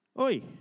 Oi